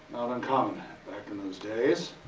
uncommon back in those days.